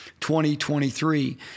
2023